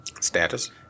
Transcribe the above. Status